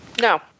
No